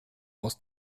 aus